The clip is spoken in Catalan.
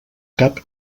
cap